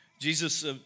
Jesus